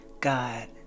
God